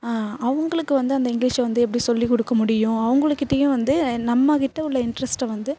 அவங்களுக்கு வந்து அந்த இங்கிலீஷை வந்து எப்படி சொல்லிக் கொடுக்க முடியும் அவங்களுக்கிட்டையும் வந்து நம்மக்கிட்ட உள்ள இன்ட்ரெஸ்ட்டை வந்து